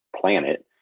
planet